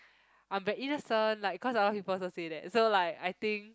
I'm the innocent like cause other people also say that so like I think